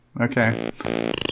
Okay